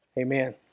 Amen